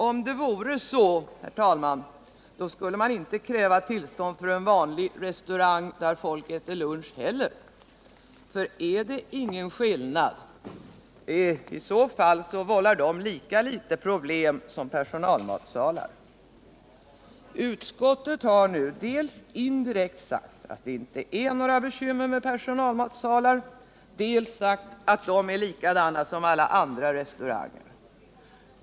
Om så vore, herr talman, skulle man inte kräva tillstånd för vanliga restauranger där folk äter lunch heller. För är det ingen skillnad, så vållar sådana restauranger lika litet som personalmatsalar några problem. Utskottet har dels indirekt sagt att det inte är några bekymmer med personalmatsalar, dels sagt att de är likadana som andra restauranger.